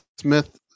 Smith